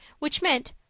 which meant,